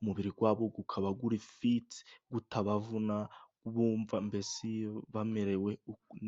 umubiri wabo ukaba uri fiti utabavuna, bumva mbese bamerewe neza.